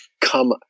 come